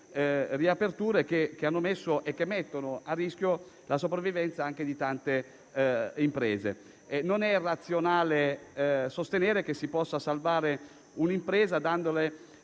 riaperture che hanno messo e mettono a rischio la sopravvivenza anche di tante imprese. Non è razionale sostenere che si può salvare un'impresa dandole